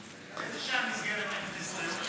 באיזה שעה נסגרת הכנסת היום?